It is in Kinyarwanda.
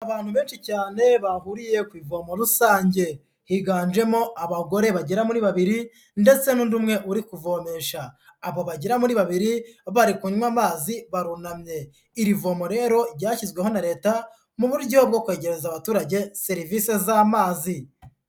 Abantu benshi cyane bahuriye ku ivomo rusange, higanjemo abagore bagera kuri babiri ndetse n'undi umwe uri kuvomesha, abo bagera muri babiri bari kunywa amazi barunamye. Iri vomo rero ryashyizweho na Leta mu buryo bwo kwegereza abaturage serivisi z'amazi.